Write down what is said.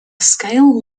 scale